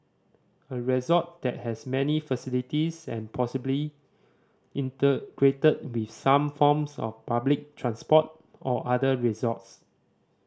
a resort that has many facilities and possibly integrated with some forms of public transport or other resorts